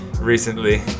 recently